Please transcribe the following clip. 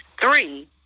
Three